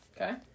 Okay